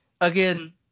again